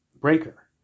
breaker